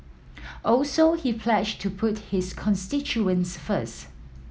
also he pledged to put his constituents first